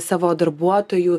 savo darbuotojų